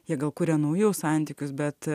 jie gal kuria naujus santykius bet